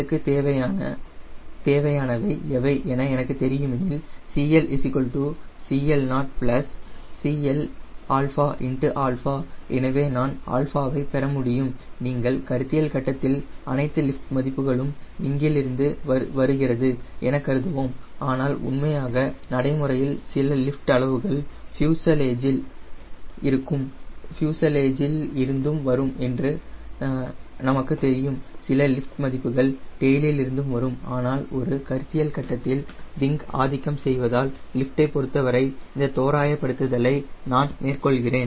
CL ற்கு தேவையானவை எவை என எனக்கு தெரியும் எனில் CL CL0 CL எனவே நான் ஆல்பாவைப் பெற முடியும் நீங்கள் கருத்தியல் கட்டத்தில் அனைத்து லிஃப்ட் மதிப்புகளும் விங்கில் இருந்து வருகிறது எனக் கருதுகிறோம் ஆனால் உண்மையான நடைமுறையில் சில லிஃப்ட் அளவுகள் ஃப்யூசலேஜில் இருந்தும் வரும் என்று எங்களுக்குத் தெரியும் சில லிஃப்ட் மதிப்புகள் டெயிலில் இருந்தும் வரும் ஆனால் ஒரு கருத்தியல் கட்டத்தில் விங் ஆதிக்கம் செய்வதால் லிஃப்டைப் பொருத்தவரை இந்த தோராயப்படுத்தலை நான் மேற்கொள்கிறேன்